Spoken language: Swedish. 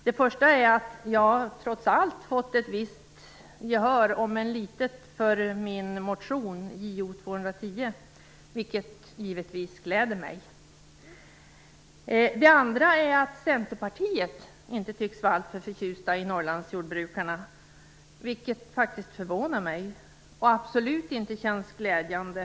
Det första är att jag trots allt fått ett visst, om än litet, gehör för min motion Jo210, vilket givetvis gläder mig. Det andra är att Centerpartiet inte tycks vara alltför förtjusta i Norrlandsjordbrukarna, vilket faktiskt förvånar mig och absolut inte känns glädjande.